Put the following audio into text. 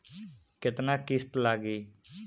केतना किस्त लागी?